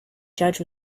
judge